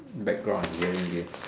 background I am hearing again